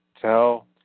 Tell